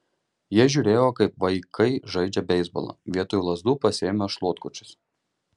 jie žiūrėjo kaip vaikai žaidžia beisbolą vietoj lazdų pasiėmę šluotkočius